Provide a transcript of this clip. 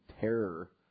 terror